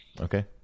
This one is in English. Okay